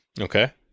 Okay